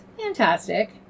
fantastic